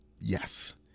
yes